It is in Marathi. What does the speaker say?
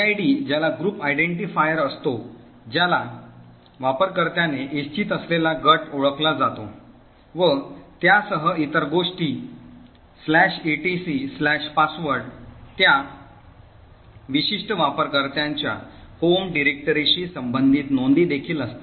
ग्रिड ज्याला ग्रुप आयडेंटिफायर असतो ज्याला वापरकर्त्याने इच्छित असलेला गट ओळखला जातो व त्यासह इतर गोष्टी etcpassword त्या विशिष्ट वापरकर्त्याच्या होम डिरेक्टरीशी संबंधित नोंदी देखील असतात